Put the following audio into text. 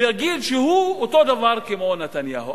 ולהגיד שהוא אותו הדבר כמו נתניהו.